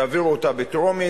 תעביר אותה בטרומית,